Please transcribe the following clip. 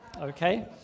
Okay